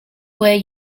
way